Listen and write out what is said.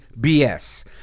BS